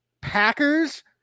Packers